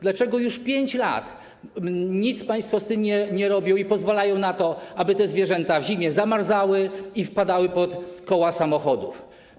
Dlaczego już 5 lat nic państwo z tym nie robią i pozwalają na to, aby te zwierzęta w zimie zamarzały i aby wpadały pod koła samochodów?